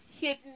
hidden